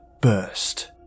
burst